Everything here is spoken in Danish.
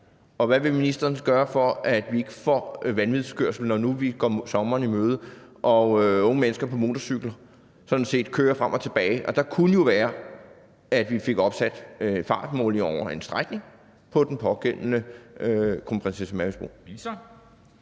Hvad vil ministeren gøre, for at vi ikke får vanvidskørsel, når nu vi går sommeren i møde og unge mennesker på motorcykler sådan set kører frem og tilbage? En løsning kunne jo være, at vi fik opsat fartmålere over en strækning på den pågældende Kronprinsesse Marys Bro.